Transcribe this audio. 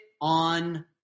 on